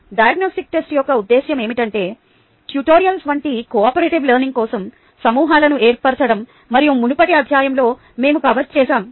diagnostic పరీక్ష యొక్క ఉద్దేశ్యం ఏమిటంటే ట్యుటోరియల్స్ వంటి కోఆపరేటివ్ లెర్నింగ్ కోసం సమూహాలను ఏర్పరచడం మరియు మునుపటి అధ్యాయంలో మేము కవర్ చేసాము